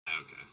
Okay